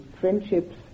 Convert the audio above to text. friendships